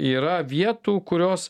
yra vietų kurios